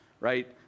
right